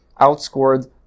outscored